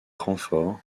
renforts